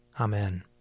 Amen